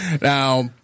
Now